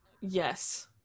Yes